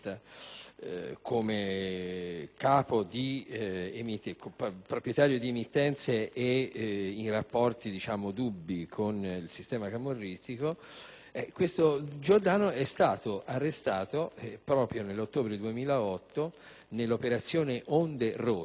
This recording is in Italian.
come proprietario di emittenze e in rapporti dubbi con il sistema camorristico, è stato arrestato nell'ottobre 2008 nell'operazione "Onde rotte",